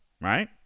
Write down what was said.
Right